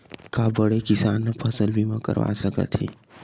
का बड़े किसान ह फसल बीमा करवा सकथे?